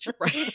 Right